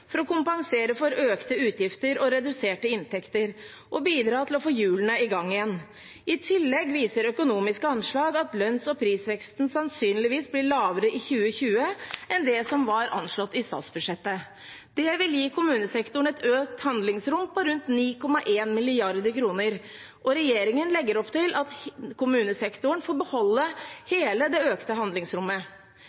for å kompensere for økte utgifter og reduserte inntekter og bidra til å få hjulene i gang igjen. I tillegg viser økonomiske anslag at lønns- og prisveksten sannsynligvis blir lavere i 2020 enn det som var anslått i statsbudsjettet. Det vil gi kommunesektoren et økt handlingsrom på rundt 9,1 mrd. kr. Regjeringen legger opp til at kommunesektoren får beholde